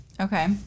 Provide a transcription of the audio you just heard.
Okay